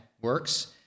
works